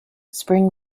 spring